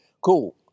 cool